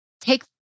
take